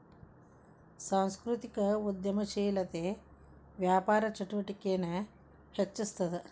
ಸಾಂಸ್ಕೃತಿಕ ಉದ್ಯಮಶೇಲತೆ ವ್ಯಾಪಾರ ಚಟುವಟಿಕೆನ ಹೆಚ್ಚಿಸ್ತದ